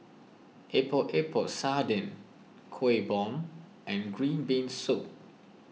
Epok Epok Sardin Kuih Bom and Green Bean Soup